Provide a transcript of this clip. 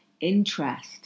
interest